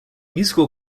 musical